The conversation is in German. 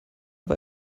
war